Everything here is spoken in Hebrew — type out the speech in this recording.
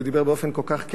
ודיבר באופן כל כך כן.